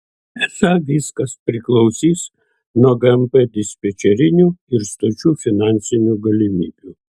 esą viskas priklausys nuo gmp dispečerinių ir stočių finansinių galimybių